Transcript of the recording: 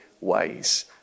ways